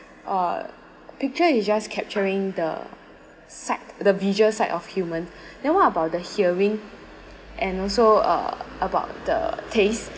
uh picture is just capturing the side the visual side of human then what about the hearing and also uh about the taste